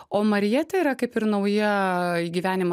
o marija tai yra kaip ir nauja į gyvenimą